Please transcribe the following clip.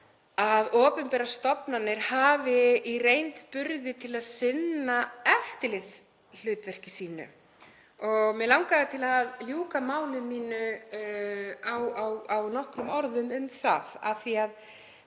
að opinberar stofnanir hafi í reynd burði til að sinna eftirlitshlutverki sínu. Mig langaði til að ljúka máli mínu á nokkrum orðum um það